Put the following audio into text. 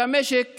שהמשק